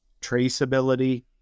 traceability